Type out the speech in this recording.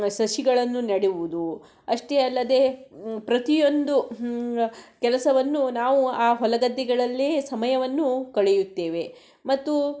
ಸಸಿಗಳನ್ನು ನೆಡುವುದು ಅಷ್ಟೇ ಅಲ್ಲದೇ ಪ್ರತಿಯೊಂದು ಕೆಲಸವನ್ನು ನಾವು ಆ ಹೊಲ ಗದ್ದೆಗಳಲ್ಲೇ ಸಮಯವನ್ನು ಕಳೆಯುತ್ತೇವೆ ಮತ್ತು